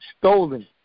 stolen